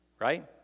right